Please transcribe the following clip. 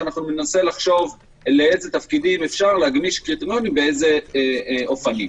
שבו נחשוב באיזה תפקידים אפשר להגמיש קריטריונים ובאיזה אופנים.